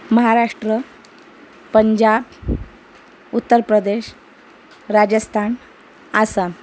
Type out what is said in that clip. Maharashtra Punjab Uttar Pradesh Rajasthan Assam